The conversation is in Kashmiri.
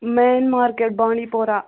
مین مارکٮ۪ٹ بانڈی پورا